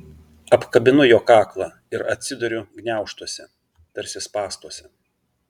apkabinu jo kaklą ir atsiduriu gniaužtuose tarsi spąstuose